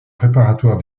préparatoire